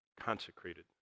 consecrated